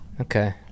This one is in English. Okay